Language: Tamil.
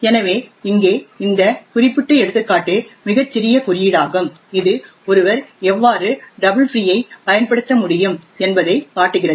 எனவே இங்கே இந்த குறிப்பிட்ட எடுத்துக்காட்டு மிகச் சிறிய குறியீடாகும் இது ஒருவர் எவ்வாறு டபுள் ஃப்ரீ ஐ பயன்படுத்த முடியும் என்பதைக் காட்டுகிறது